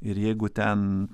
ir jeigu ten